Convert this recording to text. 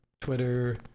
Twitter